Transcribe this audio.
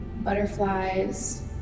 butterflies